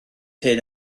hyn